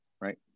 right